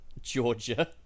georgia